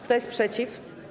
Kto jest przeciw?